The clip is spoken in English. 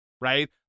Right